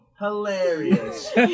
hilarious